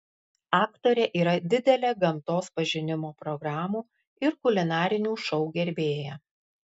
aktorė yra didelė gamtos pažinimo programų ir kulinarinių šou gerbėja